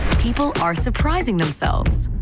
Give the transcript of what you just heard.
people are. surprising themselves.